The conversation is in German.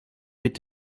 mit